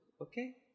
okay